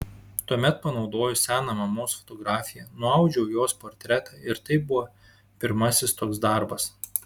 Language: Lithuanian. tuomet panaudojus seną mamos fotografiją nuaudžiau jos portretą ir tai buvo pirmasis toks darbas